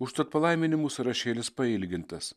užtat palaiminimų sąrašėlis pailgintas